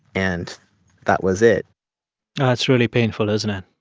and that was it that's really painful, isn't and